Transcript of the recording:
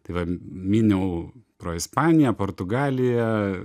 tai va myniau pro ispaniją portugaliją